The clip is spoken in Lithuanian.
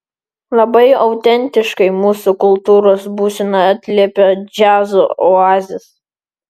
labai autentiškai mūsų kultūros būseną atliepia džiazo oazės